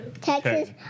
Texas